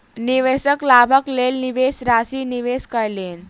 निवेशक लाभक लेल निवेश राशि निवेश कयलैन